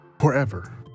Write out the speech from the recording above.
forever